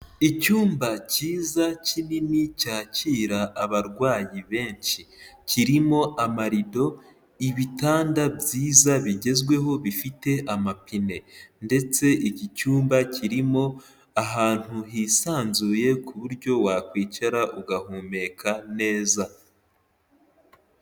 Icyumba cyiza kinini cyakira abarwayi benshi, kirimo amarido, ibitanda byiza bigezweho bifite amapine, ndetse iki cyumba kirimo ahantu hisanzuye ku buryo wakwicara ugahumeka neza.